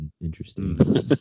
Interesting